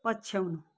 पछ्याउनु